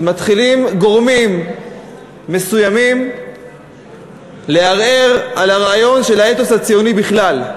שמתחילים גורמים מסוימים לערער על הרעיון של האתוס הציוני בכלל,